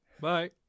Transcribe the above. Bye